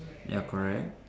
ya correct